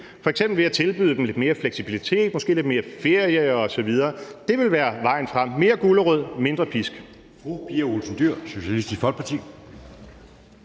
f.eks. ved at tilbyde dem lidt mere fleksibilitet, måske lidt mere ferie osv. Det vil være vejen frem, altså mere gulerod og mindre pisk.